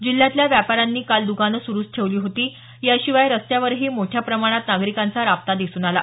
जिल्ह्यातल्या व्यापाऱ्यांनी काल दुकानं सुरुच ठेवली होती याशिवाय रस्त्यावरही मोठ्या प्रमाणात नागरिकांचा राबता दिसून आला